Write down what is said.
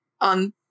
On